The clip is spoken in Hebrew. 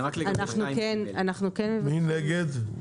מי נגד?